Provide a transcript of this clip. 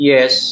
Yes